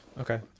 okay